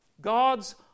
God's